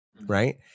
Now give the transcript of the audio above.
right